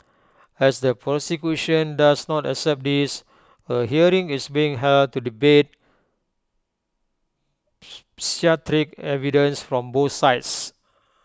as the prosecution does not accept this A hearing is being held to debate evidence from both sides